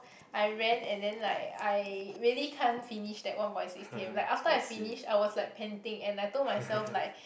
I ran and then like I really can't finish that one point six K_M like after I finish I was like panting and like I told myself like